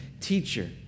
teacher